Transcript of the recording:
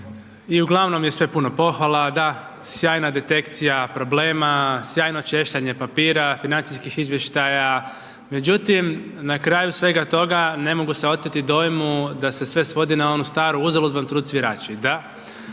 i uglavnom je sve puno pohvala, da, sjajna detekcija problema, sjajno češljanje papira, financijskih izvještaja, međutim, na kraju svega toga, ne mogu se oteti dojmu da se sve svodi na onu staru uzalud vam trud svirači, da,